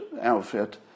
outfit